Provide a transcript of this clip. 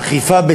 אכיפה,